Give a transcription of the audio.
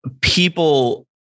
people